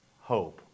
hope